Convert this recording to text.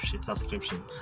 subscription